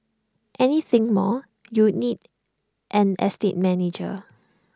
anything more you'd need an estate manager